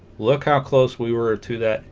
look how close we were to that